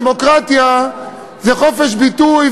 דמוקרטיה זה חופש ביטוי,